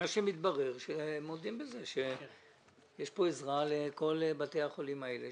מתברר שהם מודים בזה שיש כאן עזרה לכל בתי החולים האלה.